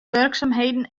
wurksumheden